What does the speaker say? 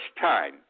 time